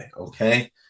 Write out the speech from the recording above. Okay